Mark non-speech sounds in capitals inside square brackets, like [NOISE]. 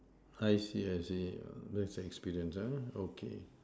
I see I see [NOISE] with experience ah okay